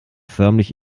förmlich